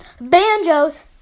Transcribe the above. Banjos